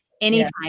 Anytime